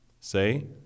Say